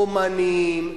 אמנים,